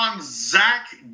Zach